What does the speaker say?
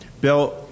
Bill